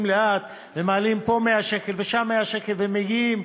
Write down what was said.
לאט ומעלים פה 100 שקל ושם 100 שקל ומגיעים?